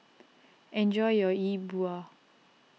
enjoy your Yi Bua